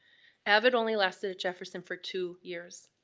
avid only lasted at jefferson for two years,